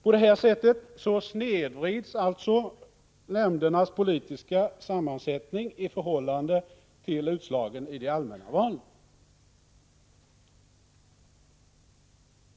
På detta sätt snedvrids nämndernas politiska sammansättning i förhållande till utslagen i de allmänna valen.